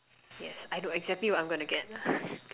yes I know exactly what I'm gonna get